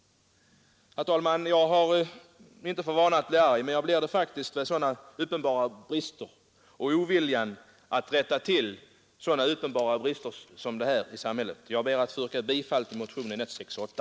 Herr talman! Jag har inte för vana att bli arg, men jag blir det faktiskt över oviljan att rätta till sådana uppenbara brister i samhället som denna. Jag ber alltså att få yrka bifall till motionen 168.